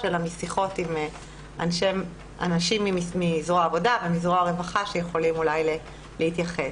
אלא משיחות עם אנשים מזרוע העבודה ומזרוע הרווחה שיכולים אולי להתייחס.